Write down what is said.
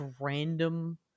random